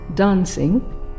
Dancing